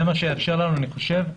זה מה שיאפשר לנו, אני חושב,